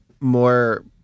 more